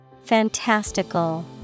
fantastical